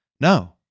No